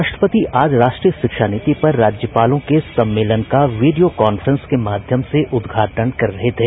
राष्ट्रपति आज राष्ट्रीय शिक्षा नीति पर राज्यपालों के सम्मेलन का वीडियो कांफ्रेंस के माध्यम से उद्घाटन कर रहे थे